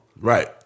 Right